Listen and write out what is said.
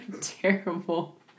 terrible